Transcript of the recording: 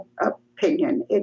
opinion